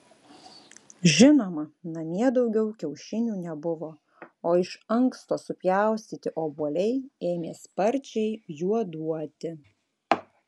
žinoma namie daugiau kiaušinių nebuvo o iš anksto supjaustyti obuoliai ėmė sparčiai juoduoti